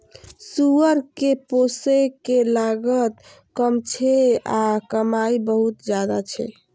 सुअर कें पोसय के लागत कम छै आ कमाइ बहुत ज्यादा छै